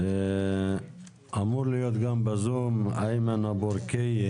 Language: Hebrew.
אמור להיות גם איימן אבו-אלקייה